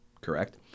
correct